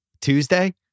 Tuesday